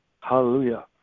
Hallelujah